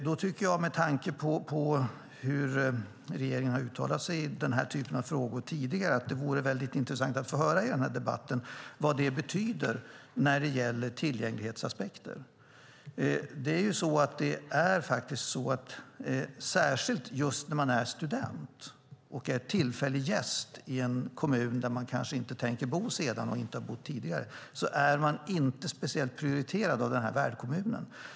Med tanke på hur regeringen har uttalat sig i den här typen av frågor tidigare tycker jag att det vore intressant att få höra i den här debatten var det betyder när det gäller tillgänglighetsaspekter. Särskilt när man är student och är tillfällig gäst i en kommun där man kanske inte tänker bo sedan och inte har bott i tidigare är man inte speciellt prioriterad av värdkommunen.